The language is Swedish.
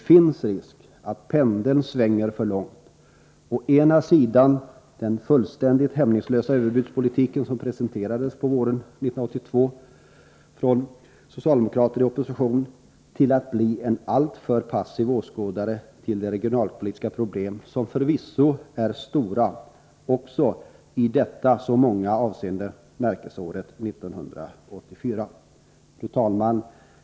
Det finns risk för att pendeln svänger för långt: från den fullständigt hämningslösa överbudspolitik som våren 1982 presenterades av socialdemokrater i opposition till alltför stor passivitet inför de regionalpolitiska problem som förvisso är stora också 1984, detta i många avseenden så märkliga år. Fru talman!